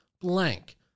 blank